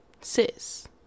sis